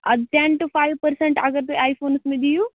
اَدٕ ten to five percent اگر تُہۍ آی فونَس مےٚ دِیِو